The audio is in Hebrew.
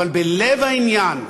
אבל בלב העניין,